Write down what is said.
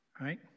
right